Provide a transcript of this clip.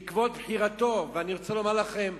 בעקבות בחירתו, ואני רוצה לומר לכם,